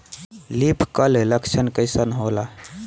Leaf curl लक्षण कइसन होला?